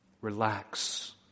Relax